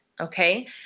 Okay